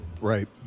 Right